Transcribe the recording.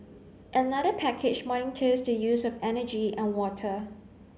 another package monitors the use of energy and water